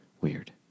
Weird